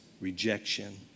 rejection